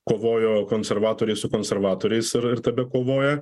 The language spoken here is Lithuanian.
kovojo konservatoriai su konservatoriais ir ir tebekovoja